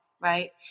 right